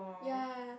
ya